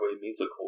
musical